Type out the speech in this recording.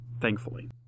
thankfully